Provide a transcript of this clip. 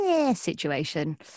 situation